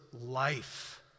life